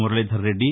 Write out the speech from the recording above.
Muralidhar Reddy